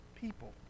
people